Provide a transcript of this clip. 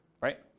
right